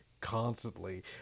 constantly